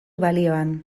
balioan